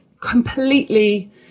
completely